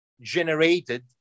generated